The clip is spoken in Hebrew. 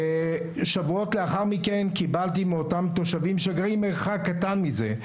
שבועות לאחר מכן קיבלתי מאותם תושבים שגרים מרחק קטן מזה,